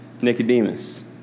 Nicodemus